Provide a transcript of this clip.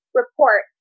report